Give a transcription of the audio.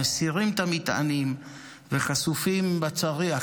מסירים את המטענים וחשופים בצריח,